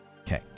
okay